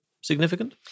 significant